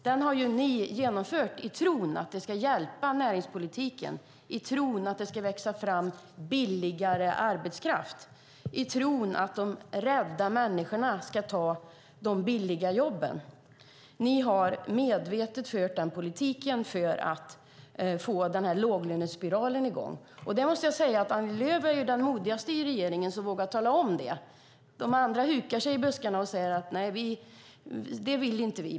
Detta har ni genomfört i tron att det ska hjälpa näringspolitiken, i tron att det ska växa fram billigare arbetskraft och i tron att de rädda människorna ska ta de billiga jobben. Ni har medvetet fört denna politik för att få i gång låglönespiralen. Jag måste säga att Annie Lööf är den modigaste i regeringen, som vågar tala om det. De andra hukar i buskarna och säger: Nej, det vill inte vi.